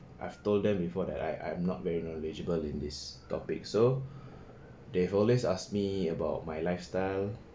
I've told them before that I'm I'm not very knowledgeable in this topic so they always ask me about my lifestyle